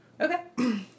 Okay